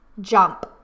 Jump